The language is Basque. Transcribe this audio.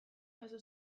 jaso